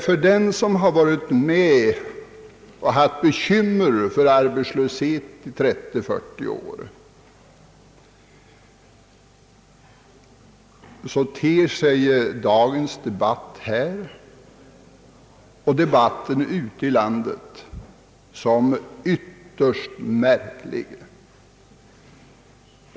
För den som har haft kontakt med dessa frågor och haft bekymmer för arbetslösheten under 30 å 40 år ter sig dagens debatt och även debatten ute i landet som ytterst märklig.